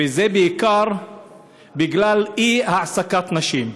וזה בעיקר בגלל אי-העסקת נשים.